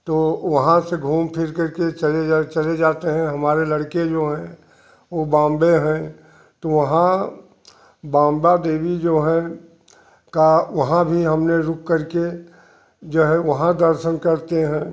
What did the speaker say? तो वहाँ से घूम फिर करके चले जा चले जाते हैं हमारे लड़के जो है वह बोंबे है तो वहाँ बान्बा देवी जो है का वहाँ भी हमने रुक करके जो है वहाँ दर्शन करते हैं